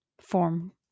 form